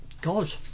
god